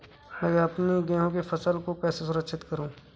मैं अपनी गेहूँ की फसल को कैसे सुरक्षित करूँ?